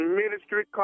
ministry